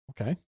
okay